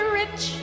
rich